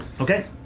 Okay